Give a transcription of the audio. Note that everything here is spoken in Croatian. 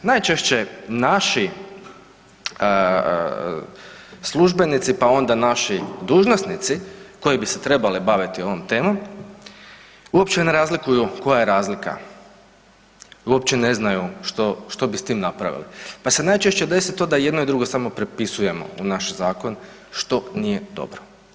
Najčešće naši službenici pa onda naši dužnosnici koji bi se trebali baviti ovom temom, uopće ne razlikuju koja je razlika, uopće ne znaju što bi s tim napravili, pa se najčešće desi to da jedno i drugo samo prepisujemo u naš zakon što nije dobro.